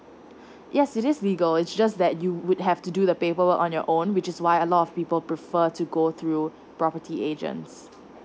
yes it is legal it's just that you would have to do the paperwork on your own which is why a lot of people prefer to go through property agents